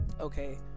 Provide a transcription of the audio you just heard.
Okay